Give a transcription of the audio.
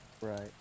Right